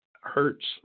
hurts